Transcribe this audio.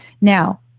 Now